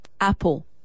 Apple